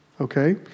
Okay